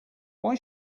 why